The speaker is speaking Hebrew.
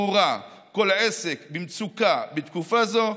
ברורה: כל עסק במצוקה בתקופה הזאת,